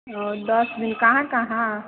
ओ दस दिन कहाँ कहाँ